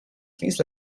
please